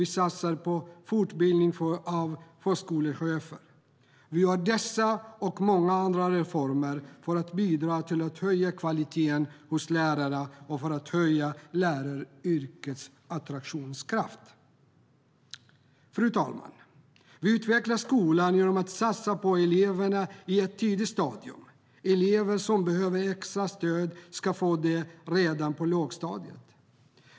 Vi satsar på fortbildning av förskolechefer. Vi gör dessa och många andra reformer för att bidra till att höja kvaliteten hos lärarna och för att höja läraryrkets attraktionskraft. Fru talman! Vi utvecklar skolan genom att satsa på eleverna i ett tidigt stadium. Elever som behöver extra stöd ska få detta redan på lågstadiet.